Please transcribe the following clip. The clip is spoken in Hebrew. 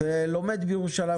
ולומד בירושלים,